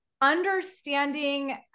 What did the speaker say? understanding